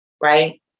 right